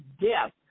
death